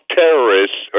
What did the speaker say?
terrorists